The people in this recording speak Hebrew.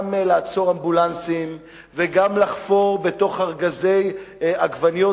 לעצור אמבולנסים וגם לחפור בארגזי עגבניות,